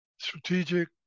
strategic